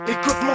Écoute